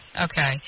okay